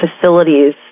facilities